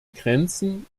grenzen